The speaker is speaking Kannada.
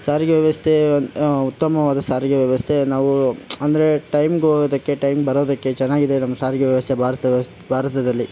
ಸಾರಿಗೆ ವ್ಯವಸ್ಥೆ ಉತ್ತಮವಾದ ಸಾರಿಗೆ ವ್ಯವಸ್ಥೆ ನಾವೂ ಅಂದರೆ ಟೈಮ್ಗೆ ಹೋಗೋದಕ್ಕೆ ಟೈಮ್ಗೆ ಬರೋದಕ್ಕೆ ಚೆನ್ನಾಗಿದೆ ನಮ್ಮ ಸಾರಿಗೆ ವ್ಯವಸ್ಥೆ ಭಾರತ ವ್ಯವಸ್ಥೆ ಭಾರತದಲ್ಲಿ